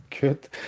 good